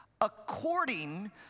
According